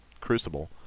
crucible